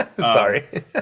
Sorry